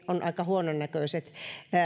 on aika huononnäköiset